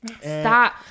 Stop